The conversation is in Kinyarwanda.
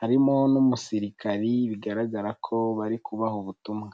harimo n'umusirikari bigaragara ko bari kubaha ubutumwa.